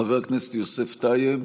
חבר הכנסת יוסף טייב,